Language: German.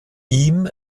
ihm